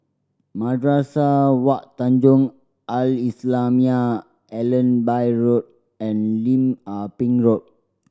Madrasah Wak Tanjong Al Islamiah Allenby Road and Lim Ah Pin Road